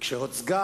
כשהוצגה